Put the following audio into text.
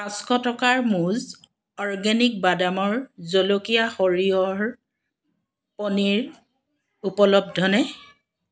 পাঁচশ টকাৰ মুজ অ'ৰ্গেনিক বাদামৰ জলকীয়া সৰিয়হৰ পনীৰ উপলব্ধনে